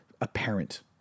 apparent